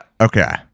Okay